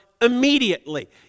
immediately